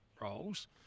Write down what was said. roles